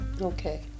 Okay